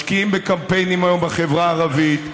משקיעים בקמפיינים היום בחברה הערבית.